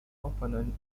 opponent